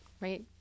right